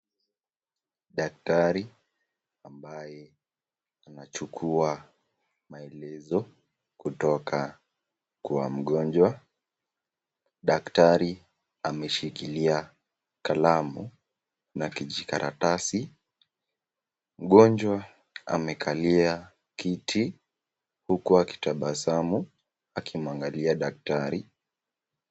Daktari ambaye anachukua maelezo kutoka kwa mgonjwa. Daktari ameshikilia kalamu na kijikaratasi. Mgonjwa amekalia kiti ,huku akitabasamu akimwangalia daktari.